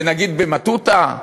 שנגיד: במטותא?